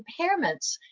impairments